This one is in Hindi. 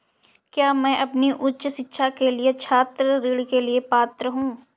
क्या मैं अपनी उच्च शिक्षा के लिए छात्र ऋण के लिए पात्र हूँ?